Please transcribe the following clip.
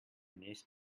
niece